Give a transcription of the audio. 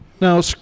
Now